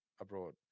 abroad